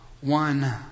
one